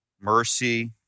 mercy